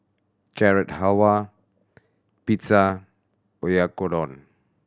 Carrot Halwa Pizza Oyakodon